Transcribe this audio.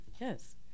Yes